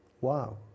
Wow